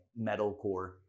metalcore